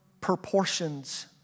proportions